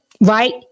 right